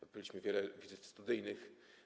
Odbyliśmy wiele wizyt studyjnych.